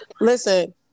Listen